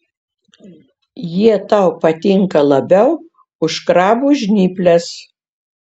jie tau patinka labiau už krabų žnyples